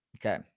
Okay